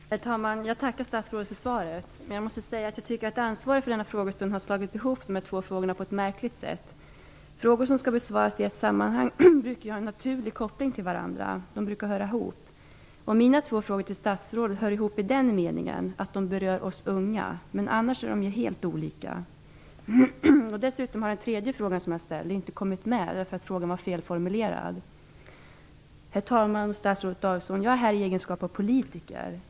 Herr talman! Jag tackar statsrådet för svaret. Men jag tycker att de ansvariga för denna frågestund har slagit ihop de här två frågorna på ett märkligt sätt. Frågor som skall besvaras i ett sammanhang brukar ha en naturligt koppling till varandra. De brukar höra ihop. Mina två frågor till statsrådet hör ihop i den meningen att de berör oss unga, i övrigt är de helt olika. Dessutom har den tredje frågan som jag ställde inte kommit med därför att frågan var felformulerad. Herr talman! Jag är här i egenskap av politiker.